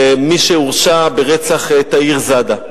מי שהורשע ברצח תאיר ראדה.